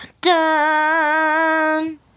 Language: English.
dun